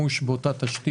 ה-ווייז מחשב את זה.